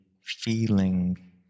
feeling